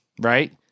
right